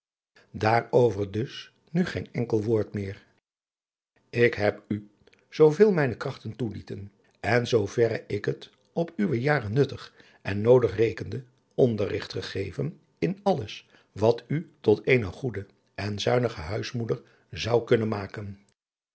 daarover dus nu geen enkel woord meer ik heb u zooveel mijne krachten toelieten en zooverre ik het op uwe jaren nuttig en noodig rekende onderrigt gegeven in alles wat u tot eene goede en zuinige huismoeder zou kunnen maken